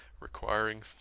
requiring